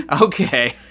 okay